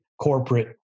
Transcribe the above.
corporate